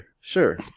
sure